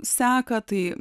seką tai